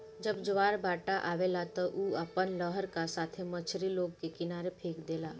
जब ज्वारभाटा आवेला त उ अपना लहर का साथे मछरी लोग के किनारे फेक देला